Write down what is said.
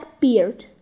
beard